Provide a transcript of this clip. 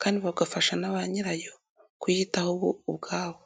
kandi bagafasha na ba nyirayo kuyitaho bo ubwabo.